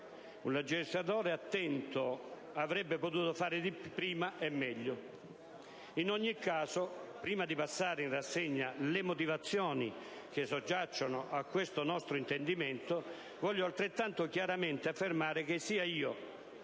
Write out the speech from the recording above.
un legislatore attento avrebbe potuto fare prima e meglio. In ogni caso, prima di passare in rassegna le motivazioni sottese a questo nostro intendimento, voglio altrettanto chiaramente affermare che sia io